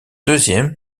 deuxième